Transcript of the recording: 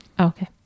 Okay